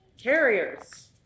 Carriers